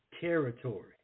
territory